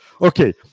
Okay